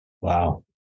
Wow